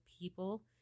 people